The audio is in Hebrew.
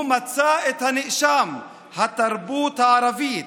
הוא מצא את האשם בתרבות הערבית